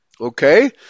okay